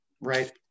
right